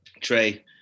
Trey